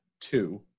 two